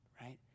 Right